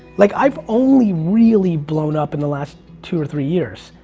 like i've only really blown up in the last two or three years.